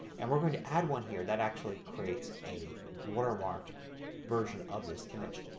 and we're going to add one here that actually creates a watermark version of this image.